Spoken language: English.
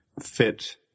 fit